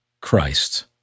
Christ